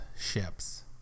ships